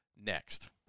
Next